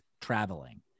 traveling